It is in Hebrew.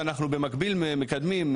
שאנחנו במקביל מקדמים,